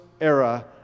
era